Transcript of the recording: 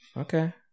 Okay